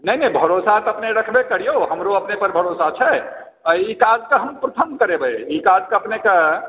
नहि नहि भरोसा तऽ अपने रखबै करिऔ हमरो अपने पर भरोसा छै ई काज तऽ हम प्रथम करेबै ई काजके अपनेकेँ